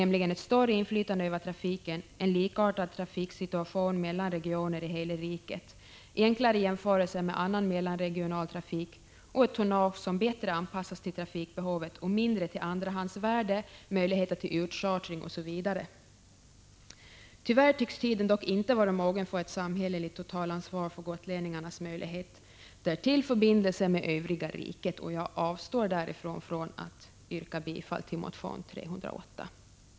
Man bör nämligen kunna kräva: ett tonnage som bättre anpassas till trafikbehovet och mindre till andrahandsvärde, möjligheter till utchartring osv. Tyvärr tycks tiden inte vara mogen för ett samhälleligt totalansvar för gotlänningarnas möjligheter till förbindelser med övriga riket. Jag avstår därför från att yrka bifall till motion T308.